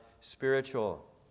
spiritual